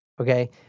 Okay